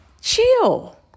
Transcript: chill